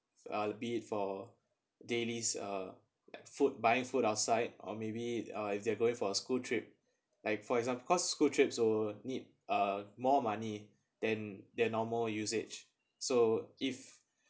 uh be it for dailies uh at food buying food outside or maybe uh if they're going for a school trip like for example cause school trips will need a more money than their normal usage so if